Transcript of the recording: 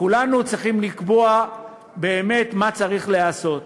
כולנו צריכים לקבוע באמת מה צריך להיעשות.